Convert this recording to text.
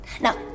Now